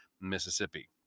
Mississippi